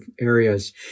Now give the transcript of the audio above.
areas